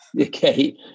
Okay